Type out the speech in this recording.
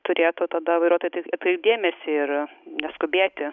turėtų tada vairuotojai atkreipt dėmesį ir neskubėti